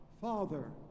Father